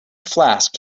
flask